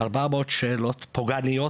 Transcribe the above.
400 שאלות פוגעניות